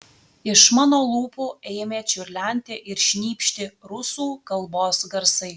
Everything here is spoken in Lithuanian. iš mano lūpų ėmė čiurlenti ir šnypšti rusų kalbos garsai